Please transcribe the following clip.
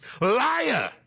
liar